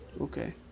Okay